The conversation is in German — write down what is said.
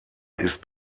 ist